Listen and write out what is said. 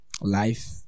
life